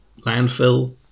landfill